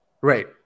Right